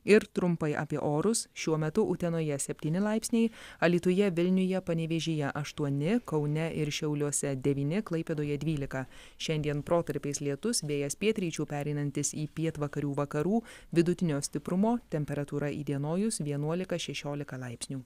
ir trumpai apie orus šiuo metu utenoje septyni laipsniai alytuje vilniuje panevėžyje aštuoni kaune ir šiauliuose devyni klaipėdoje dvylika šiandien protarpiais lietus vėjas pietryčių pereinantis į pietvakarių vakarų vidutinio stiprumo temperatūra įdienojus vienuolika šešiolika laipsnių